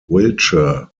wiltshire